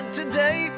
today